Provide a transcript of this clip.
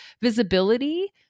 Visibility